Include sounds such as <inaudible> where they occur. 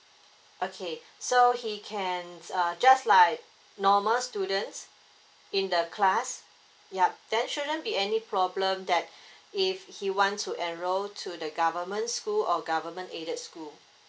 okay so he can err just like normal students in the class yup that shouldn't be any problem that <breath> if he want to enroll to the government school or government aided school